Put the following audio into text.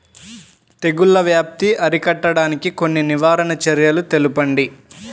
తెగుళ్ల వ్యాప్తి అరికట్టడానికి కొన్ని నివారణ చర్యలు తెలుపండి?